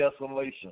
desolation